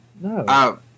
No